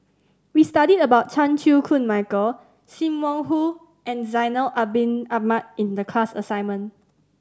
we studied about Chan Chew Koon Michael Sim Wong Hoo and Zainal Abidin Ahmad in the class assignment